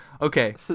okay